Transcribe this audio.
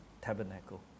tabernacle